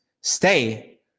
Stay